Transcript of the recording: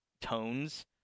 tones